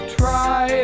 try